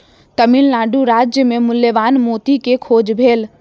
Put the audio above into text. तमिल नाडु राज्य मे मूल्यवान मोती के खोज भेल